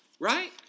right